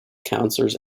councillors